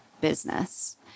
business